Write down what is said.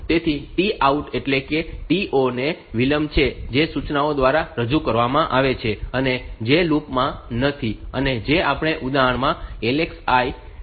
તેથી T out એટલે કે To તે વિલંબ છે જે સૂચનાઓ દ્વારા રજૂ કરવામાં આવે છે અને જે લૂપ માં નથી અને જે આપણે આ ઉદાહરણમાં LXI સાથે કરીએ છીએ